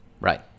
Right